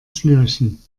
schnürchen